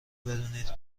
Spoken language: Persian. بدونید